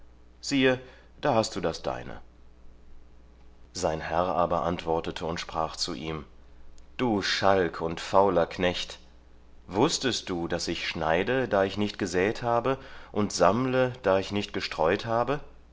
siehe da hast du das deine sein herr aber antwortete und sprach zu ihm du schalk und fauler knecht wußtest du daß ich schneide da ich nicht gesät habe und sammle da ich nicht gestreut habe